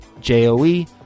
J-O-E